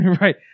right